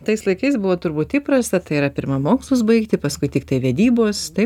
tais laikais buvo turbūt įprasta tai yra pirma mokslus baigti paskui tiktai vedybos taip